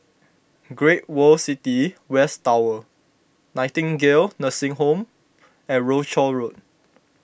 Great World City West Tower Nightingale Nursing Home and Rochor Road